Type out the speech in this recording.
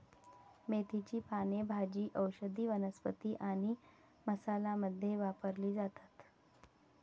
मेथीची पाने भाजी, औषधी वनस्पती आणि मसाला मध्ये वापरली जातात